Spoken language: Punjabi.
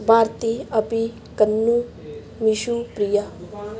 ਭਾਰਤੀ ਅਭੀ ਕੰਨੂ ਮੀਸ਼ੂ ਪ੍ਰੀਆ